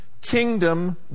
kingdom